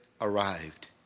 arrived